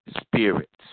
spirits